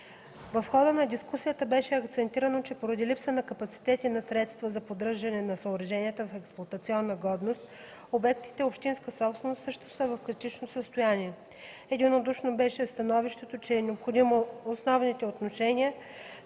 В хода на дискусията беше акцентирано, че поради липса на капацитет и на средства за поддържане на съоръженията в експлоатационна годност обектите – общинска собственост, също са в критично състояние. Единодушно беше становището, че е необходимо основните отношения,